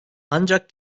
ancak